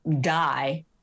die